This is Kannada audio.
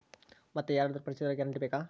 ಮತ್ತೆ ಯಾರಾದರೂ ಪರಿಚಯದವರ ಗ್ಯಾರಂಟಿ ಬೇಕಾ?